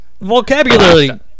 Vocabulary